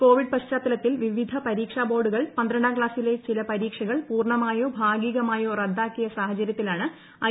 Covid പശ്ചാത്തലത്തിൽ വിവിധ പരീക്ഷാ ബോർഡുകൾ പന്ത്രണ്ടാം ക്ലാസിലെ ചില പരീക്ഷകൾ പൂർണമായോ ഭാഗികമായോ റദ്ദാക്കിയ സാഹചര്യത്തിലാണ് ഐ